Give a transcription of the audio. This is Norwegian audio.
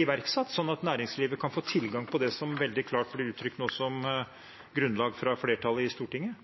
iverksatt, sånn at næringslivet kan få tilgang på det som veldig klart blir uttrykt nå som grunnlag fra flertallet i Stortinget?